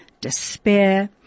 despair